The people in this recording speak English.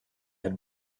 had